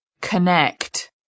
Connect